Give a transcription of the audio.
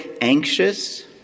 anxious